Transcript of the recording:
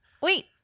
Wait